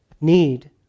need